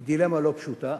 היא דילמה לא פשוטה,